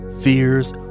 fears